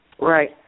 Right